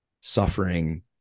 suffering